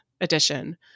edition